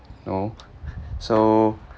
no so